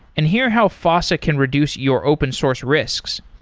and hear how fossa can reduce your open source risks.